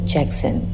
Jackson